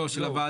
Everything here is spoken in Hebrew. לא, של הוועדה.